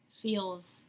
feels